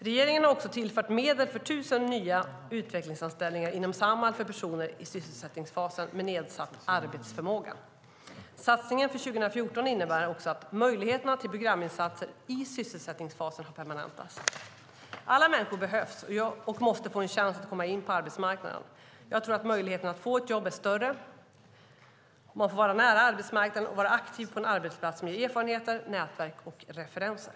Regeringen har också tillfört medel för 1 000 nya utvecklingsanställningar inom Samhall för personer i sysselsättningsfasen med nedsatt arbetsförmåga. Satsningen för 2014 innebär också att möjligheterna till programinsatser i sysselsättningsfasen har permanentats. Alla människor behövs och måste få en chans att komma in på arbetsmarknaden. Jag tror att möjligheten att få ett jobb är större om man får vara nära arbetsmarknaden och vara aktiv på en arbetsplats som ger erfarenheter, nätverk och referenser.